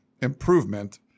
improvement